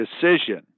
decision